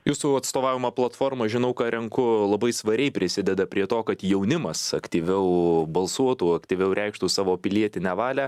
jūsų atstovaujama platforma žinau ką renku labai svariai prisideda prie to kad jaunimas aktyviau balsuotų aktyviau reikštų savo pilietinę valią